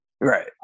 Right